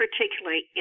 particularly